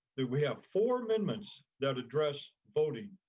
that we have four amendments that address voting,